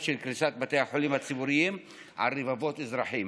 של קריסת בתי החולים הציבוריים על רבבות אזרחים.